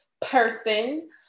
person